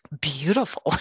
beautiful